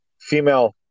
female